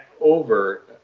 over